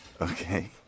Okay